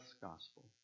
gospel